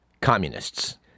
communists